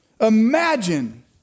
Imagine